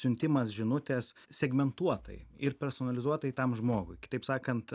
siuntimas žinutės segmentuotai ir personalizuotai tam žmogui kitaip sakant